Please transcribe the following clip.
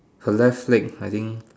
her left leg I think